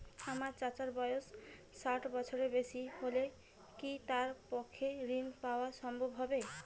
আমার চাচার বয়স ষাট বছরের বেশি হলে কি তার পক্ষে ঋণ পাওয়া সম্ভব হবে?